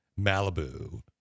Malibu